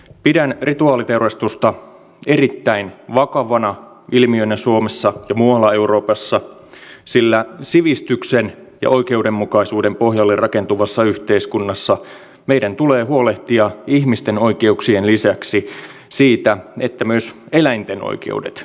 pidän rituaaliteurastusta erittäin vakavana ilmiönä suomessa ja muualla euroopassa sillä sivistyksen ja oikeudenmukaisuuden pohjalle rakentuvassa yhteiskunnassa meidän tulee huolehtia ihmisten oikeuksien lisäksi siitä että myös eläinten oikeudet toteutuvat